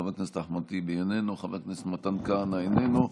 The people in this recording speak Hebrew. חבר הכנסת ג'אבר עסאקלה, איננו,